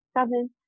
Seven